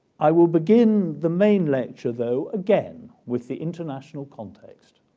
i will begin the main lecture, though, again with the international context.